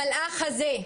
המלאך הזה,